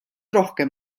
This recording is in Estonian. rohkem